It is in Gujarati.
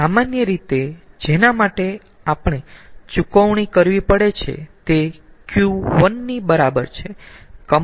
સામાન્ય રીતે જેના માટે આપણે ચૂકવણી કરવી પડે છે તે Q1 ની બરાબર છે